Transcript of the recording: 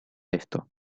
esto